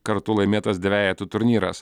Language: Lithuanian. kartu laimėtas dvejetų turnyras